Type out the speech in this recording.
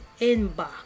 inbox